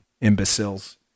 imbeciles